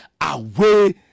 away